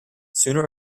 sooner